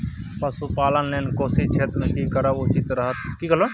पशुपालन लेल कोशी क्षेत्र मे की करब उचित रहत बताबू?